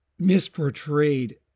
misportrayed